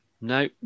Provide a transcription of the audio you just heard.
No